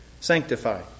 sanctify